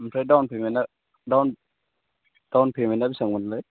ओमफ्राय डाउन पेमेन्टआ डाउन पेमेन्टआ बेसेबां मोनलाय